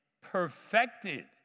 perfected